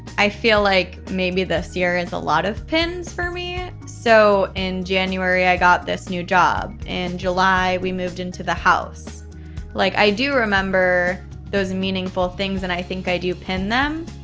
i feel like maybe this year is a lot of pins for me so in january, i got this new job. in july, we moved into the house like i do remember those meaningful things and i think i do pin them.